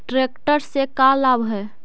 Tractor से का लाभ है?